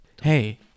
hey